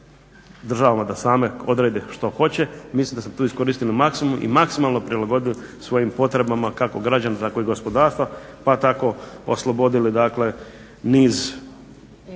državama da same odrede što hoće mislim da smo tu iskoristili maksimum i maksimalno prilagodili svojim potrebama kako građana tako i gospodarstva, pa tako oslobodili dakle niz